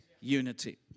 unity